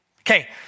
Okay